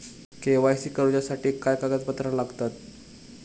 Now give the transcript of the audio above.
KYC करूच्यासाठी काय कागदपत्रा लागतत?